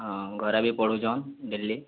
ହଁ ଘରେ ବି ପଢ଼ୁଚନ୍ ଡେଲି